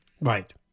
right